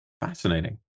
fascinating